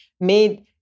made